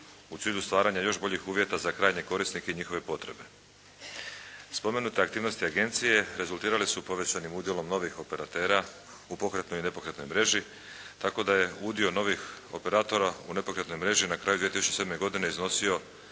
u cilju stvaranja još boljih uvjeta za krajnje korisnike i njihove potrebe. Spomenute aktivnosti agencije rezultirale su povećanim udjelom novih operatera u pokretnoj i nepokretnoj mreži, tako da je udio novih operatora u nepokretnoj mreži na kraju 2007. godine iznosi